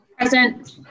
Present